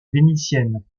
vénitienne